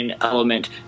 element